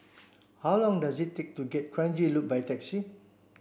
how long does it take to get Kranji Loop by taxi